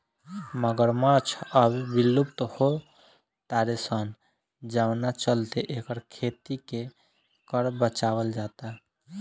मगरमच्छ अब विलुप्त हो तारे सन जवना चलते एकर खेती के कर बचावल जाता